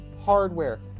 hardware